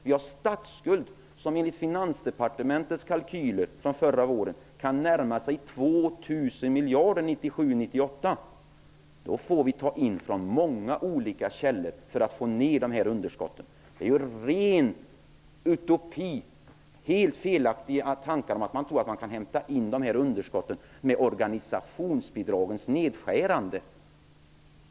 Vi har en statsskuld om enligt Finansdepartementets kalkyler från förra året kan närma sig 2 000 miljarder 1997/98. Då får vi ta in från många olika källor för att få ned underskotten. Det är ren utopi, helt felaktiga tankar, att tro att man kan hämta in underskotten med organisationsbidragens nedskärande.